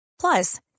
Plus